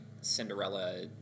Cinderella